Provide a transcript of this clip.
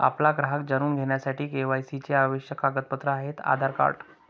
आपला ग्राहक जाणून घेण्यासाठी के.वाय.सी चे आवश्यक कागदपत्रे आहेत आधार कार्ड